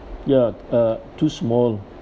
ya uh too small